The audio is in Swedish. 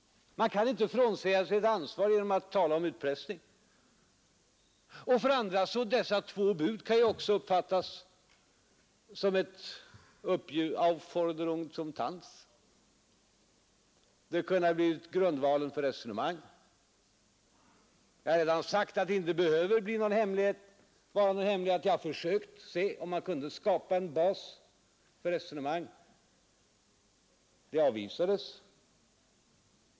Man kan inte frånsäga sig ett ansvar genom att tala om utpressning. För det andra: Det andra budet kan ju också uppfattas som en Aufforderung zum Tanz. Det kunde ha blivit grundvalen för resonemang. Jag har redan sagt att det inte behöver vara någon hemlighet att jag har försökt se om man kunde skapa en bas för resonemang. Det avvisades.